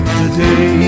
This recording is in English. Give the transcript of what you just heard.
today